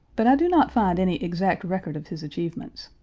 but i do not find any exact record of his achievements.